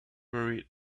buried